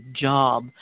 job